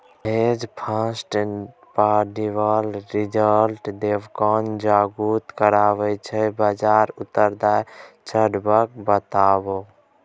हेंज fund positive result देबाक जुगुत करय छै बजारक उतार चढ़ाबक बादो